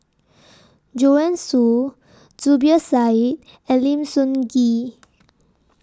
Joanne Soo Zubir Said and Lim Sun Gee